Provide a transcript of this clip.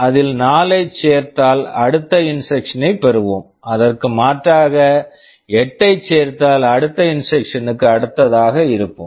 அதில் 4 ஐச் சேர்த்தால் அடுத்த இன்ஸ்ட்ரக்ஷன் instruction ஐப் பெறுவோம் அதற்கு மாற்றாக 8 ஐச் சேர்த்தால் அடுத்த இன்ஸ்ட்ரக்ஷன் instruction க்கு அடுத்ததாக இருப்போம்